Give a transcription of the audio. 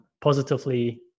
positively